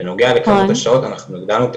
בנוגע לכמות השעות אנחנו הגדלנו את